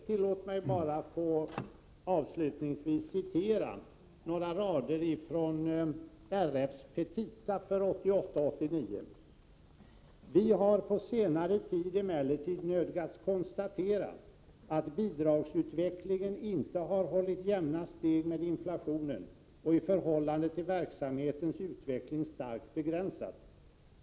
Tillåt mig avslutningsvis få citera några rader från RF:s petita för 1988/89: ”Vi har på senare tid emellertid nödgats konstatera att bidragsutvecklingen inte har hållit jämna steg med inflationen och i förhållande till verksamhetens utveckling starkt begränsats.